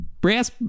brass